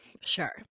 sure